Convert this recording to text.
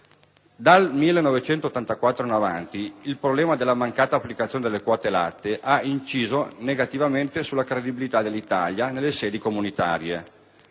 Dal 1984 in avanti, il problema della mancata applicazione delle quote latte ha inciso negativamente sulla credibilità dell'Italia nelle sedi comunitarie.